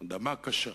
האדמה קשה,